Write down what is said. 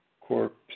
corp